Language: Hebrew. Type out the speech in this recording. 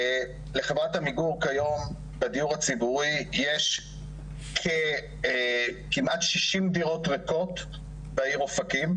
לחברת עמיגור כיום בדיור הציבורי יש כמעט 60 דירות ריקות בעיר אופקים.